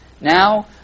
now